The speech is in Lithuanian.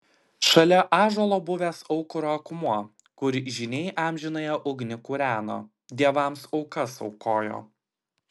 šalia ąžuolo buvęs aukuro akmuo kur žyniai amžinąją ugnį kūreno dievams aukas aukojo